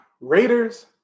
Raiders